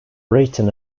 written